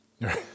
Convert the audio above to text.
Right